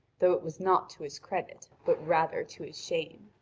though it was not to his credit, but rather to his shame.